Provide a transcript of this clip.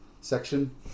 section